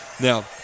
Now